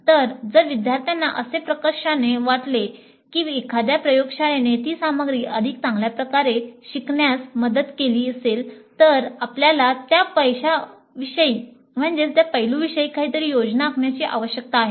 तर जर विद्यार्थ्यांना असे प्रकर्षाने वाटले की एखाद्या प्रयोगशाळेने ती सामग्री अधिक चांगल्या प्रकारे शिकण्यास मदत केली असेल तर आपल्याला त्या पैलूंविषयी काहीतरी योजना आखण्याची आवश्यकता आहे